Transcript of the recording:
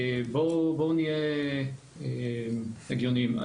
בואו נהיה הגיוניים.